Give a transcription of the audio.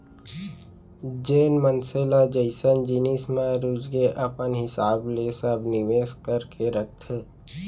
जेन मनसे ल जइसन जिनिस म रुचगे अपन हिसाब ले सब निवेस करके रखथे